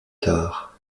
tard